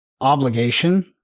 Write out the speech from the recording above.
obligation